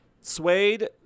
Suede